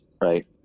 right